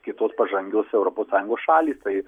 kitos pažangios europos sąjungos šalys tai